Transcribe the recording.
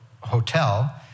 hotel